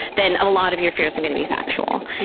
then a lot of your fears are going to be factual.